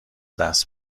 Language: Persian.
دست